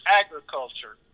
agriculture